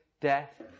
death